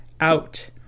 out